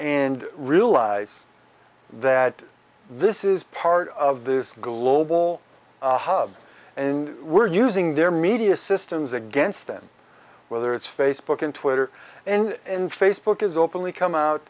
and realize that this is part of this global hub and we're using their media systems against them whether it's facebook and twitter and facebook is openly come out